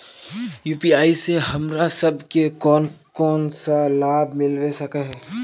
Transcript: UPI से हमरा सब के कोन कोन सा लाभ मिलबे सके है?